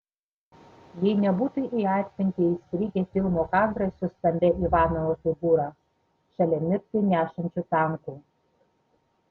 jei nebūtų į atmintį įstrigę filmo kadrai su stambia ivanovo figūra šalia mirtį nešančių tankų